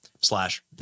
slash